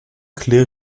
clear